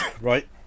right